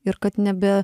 ir kad nebe